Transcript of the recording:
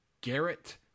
Garrett